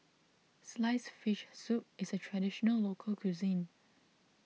Sliced Fish Soup is a Traditional Local Cuisine